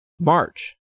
March